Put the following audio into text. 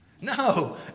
No